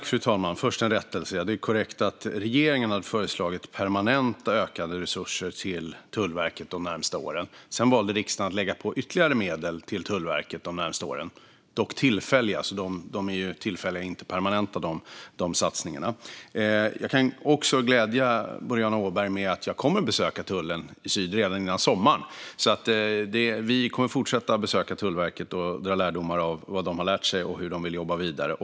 Fru talman! Låt mig först göra en rättelse. Det är korrekt att regeringen hade föreslagit permanent ökade resurser till Tullverket de närmaste åren. Sedan valde riksdagen att lägga på ytterligare med tillfälliga medel. De satsningarna är alltså tillfälliga och inte permanenta. Jag kan också glädja Boriana Åberg med att jag kommer att besöka tullen i syd redan före sommaren. Vi kommer att fortsätta att besöka Tullverket och dra lärdomar av vad de har lärt sig och hur de vill jobba vidare.